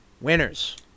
winners